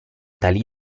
tali